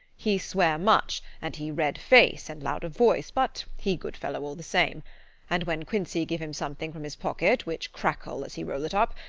he swear much, and he red face and loud of voice, but he good fellow all the same and when quincey give him something from his pocket which crackle as he roll it up,